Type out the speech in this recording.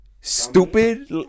Stupid